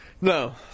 No